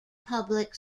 public